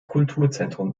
kulturzentrum